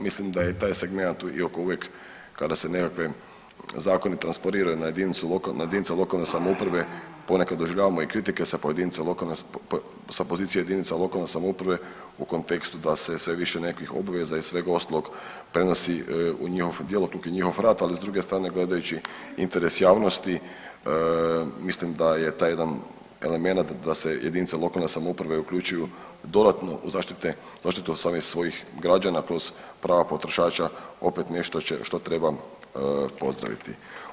Mislim da je taj segmenat iako uvijek kada se nekakve zakoni transporiraju na jedinicu lokalne, na jedinice lokalne samouprave ponekad doživljavamo i kritike da se pojedinici, sa pozicije jedinica lokalne samouprave u kontekstu da se sve više nekakvih obaveza i svega ostalog prenosi u njihov djelokrug i njihov rad, ali s druge strane gledajući interes javnosti mislim da je taj jedan elemenat da se jedinice lokalne samouprave uključuju dodatno u zaštite, zaštitu samih svojih građana kroz prava potrošača opet nešto što treba pozdraviti.